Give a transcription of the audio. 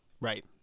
Right